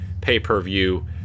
Pay-Per-View